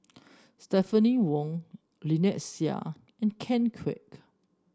Stephanie Wong Lynnette Seah and Ken Kwek